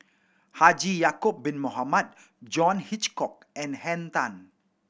Haji Ya'acob Bin Mohamed John Hitchcock and Henn Tan